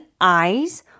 eyes